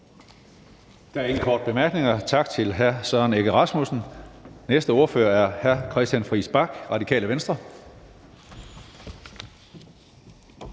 Der er ingen korte bemærkninger. Tak til Hr. Søren Egge Rasmussen. Næste ordfører er hr. Christian Friis Bach, Radikale Venstre.